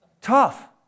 tough